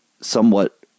somewhat